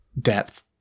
depth